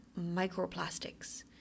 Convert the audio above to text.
microplastics